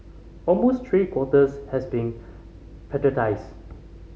almost three quarters has been